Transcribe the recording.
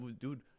Dude